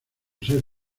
ser